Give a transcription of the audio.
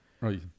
Right